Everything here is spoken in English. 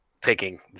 taking